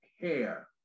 hair